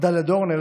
דליה דורנר,